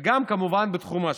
וגם, כמובן, בתחום האשראי.